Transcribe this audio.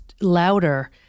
louder